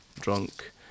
drunk